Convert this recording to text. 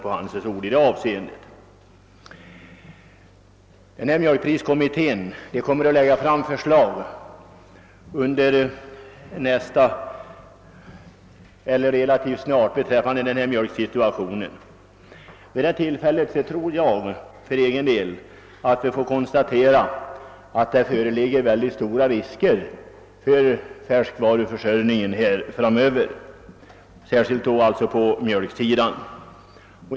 Jag vill sedan konstatera att vid det tillfälle — som kommer att inträffa relativt snart — när mjölkpriskommittén skall framlägga förslag beträffande mjölksituationen, kommer det troligen att visa sig att det föreligger stora risker för den framtida färskvaruförsörjningen, särskilt för mjölkförsörjningen.